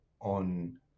on